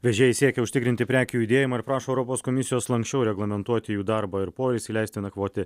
vežėjai siekia užtikrinti prekių judėjimą ir prašo europos komisijos lanksčiau reglamentuoti jų darbą ir poilsį leisti nakvoti